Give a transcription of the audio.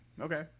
Okay